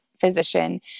physician